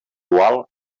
dual